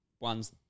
ones